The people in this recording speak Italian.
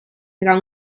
tra